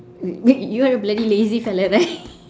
you are a bloody lazy fella right